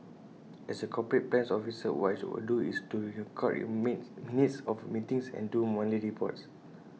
as A corporate plans officer what I would do is to record minutes of meetings and do monthly reports